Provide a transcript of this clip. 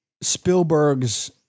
Spielberg's